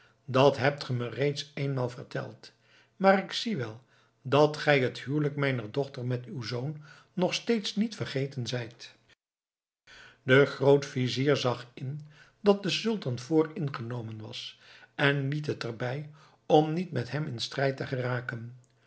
dat hebt ge me reeds eenmaal verteld maar ik zie wel dat gij het huwelijk mijner dochter met uw zoon nog steeds niet vergeten zijt de grootvizier zag in dat de sultan vooringenomen was en liet het erbij om niet met hem in strijd te geraken